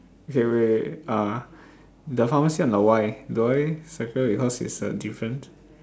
okay wait wait uh the pharmacy on the y the y circle because it is a different